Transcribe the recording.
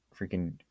freaking